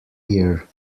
year